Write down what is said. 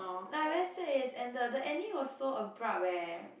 like I very sad it has ended the ending was so abrupt leh